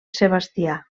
sebastià